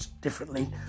differently